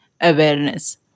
awareness